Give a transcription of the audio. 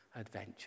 adventure